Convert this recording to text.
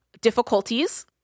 difficulties